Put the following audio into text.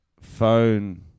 phone